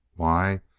why?